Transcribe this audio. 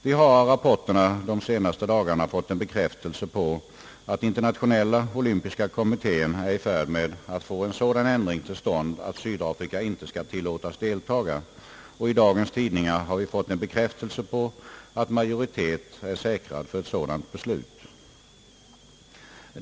Vi har av rapporterna de senaste dagarna fått en bekräftelse på att internationella olympiska kommittén var i färd med att få en sådan ändring till stånd att Sydafrika inte skall tillåtas deltaga, och i dagens tidningar har vi fått en bekräftelse på att majoritet är säkrad för ett sådant beslut.